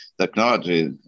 technology